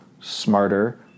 smarter